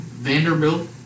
Vanderbilt